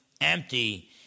empty